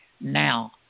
now